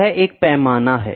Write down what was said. यह एक पैमाना है